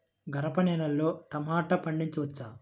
గరపనేలలో టమాటా పండించవచ్చా?